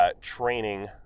training